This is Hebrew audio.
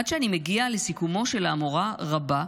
עד שאני מגיע לסיכומו של האמורא רבא,